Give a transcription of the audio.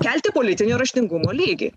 kelti politinio raštingumo lygį